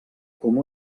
com